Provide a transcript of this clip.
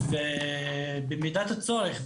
ובמידת הצורך,